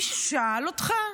מישהו שאל אותך?